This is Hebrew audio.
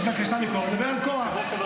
יש בקשה לקרח, נדבר על קרח.